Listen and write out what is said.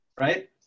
Right